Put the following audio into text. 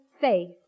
faith